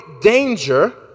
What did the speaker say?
danger